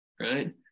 right